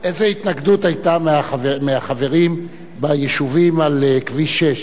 איזה התנגדות היתה מהחברים ביישובים על כביש 6,